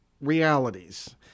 realities